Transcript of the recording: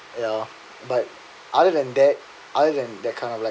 yeah but other than that other than that kind of like